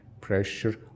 pressure